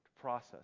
process